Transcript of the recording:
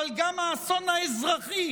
אבל גם האסון האזרחי,